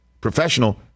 professional